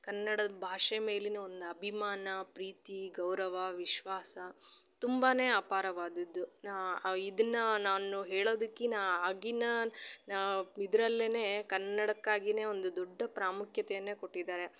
ಕನ್ನಡದ ಭಾಷೆ ಮೇಲಿನ ಒಂದು ಅಭಿಮಾನ ಪ್ರೀತಿ ಗೌರವ ವಿಶ್ವಾಸ ತುಂಬಾ ಅಪಾರವಾದದ್ದು ಇದನ್ನ ನಾನು ಹೇಳೋದಕ್ಕಿನ್ನ ಆಗಿನ ಇದ್ರಲ್ಲೆ ಕನ್ನಡಕ್ಕಾಗಿ ಒಂದು ದೊಡ್ಡ ಪ್ರಾಮುಖ್ಯತೆಯನ್ನು ಕೊಟ್ಟಿದ್ದಾರೆ